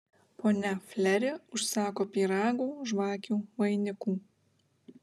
ponia fleri užsako pyragų žvakių vainikų